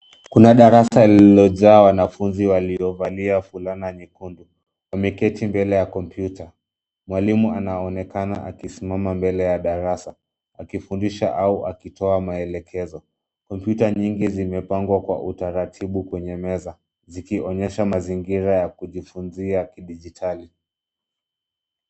Kuna darasa lililojaa wanafunzi waliovalia fulana nyekundu. Wameketi mbele ya kompyuta. Mwalimu anaonekana akisimama mbele ya darasa akifundisha au akitoa maelekezo. Kompyuta nyingi zimepangwa kwa utaratibu kwenye meza zikionesha mazingira ya kujifunzia kidijitali.